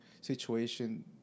situation